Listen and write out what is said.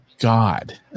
God